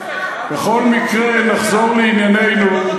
אתם לא רוצים, בכל מקרה, נחזור לענייננו.